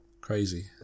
crazy